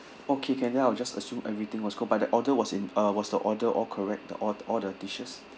okay can then I'll just assume everything was cold but the order was in uh was the order all correct the all all the dishes